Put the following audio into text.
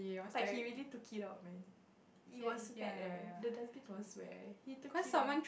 but he really took it out leh it was fat leh the dustbin was fat leh he took it out